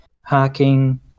hacking